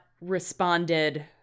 responded